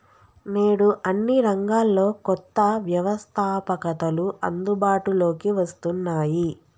నేడు అన్ని రంగాల్లో కొత్త వ్యవస్తాపకతలు అందుబాటులోకి వస్తున్నాయి